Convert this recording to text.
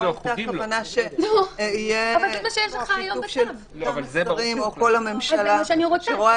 פה הייתה כוונה שיהיה שיתוף של שרים או כל הממשלה שרואה